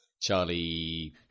Charlie